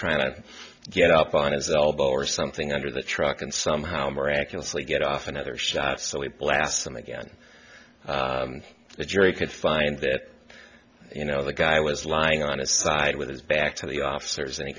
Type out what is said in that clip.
trying to get up on his the elbow or something under the truck and somehow miraculously get off another shot so he blasts them again the jury could find that you know the guy was lying on his side with his back to the officers and he